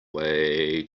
way